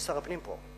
שר הפנים פה?